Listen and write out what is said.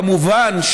כמובן,